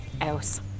else